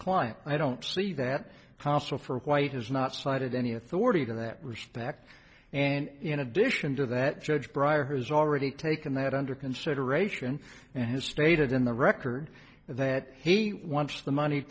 client i don't see that possible for white has not cited any authority in that respect and in addition to that judge briar has already taken that under consideration and has stated in the record that he wants the money